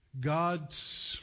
God's